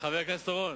חבר הכנסת אורון,